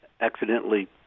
accidentally